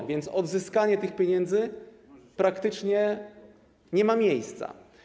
A więc odzyskiwanie tych pieniędzy praktycznie nie ma miejsca.